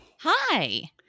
Hi